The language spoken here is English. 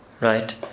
right